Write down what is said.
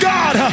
God